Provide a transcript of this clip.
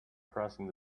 crossing